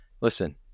Listen